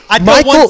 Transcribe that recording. Michael